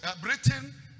Britain